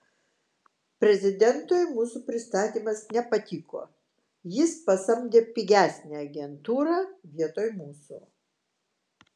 prezidentui mūsų pristatymas nepatiko jis pasamdė pigesnę agentūrą vietoj mūsų